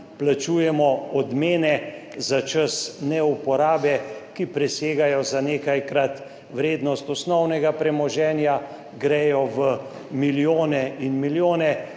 Plačujemo odmene za čas neuporabe, ki presegajo za nekajkrat vrednost osnovnega premoženja, gredo v milijone in milijone,